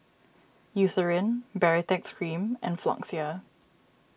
Eucerin Baritex Cream and Floxia